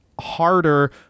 harder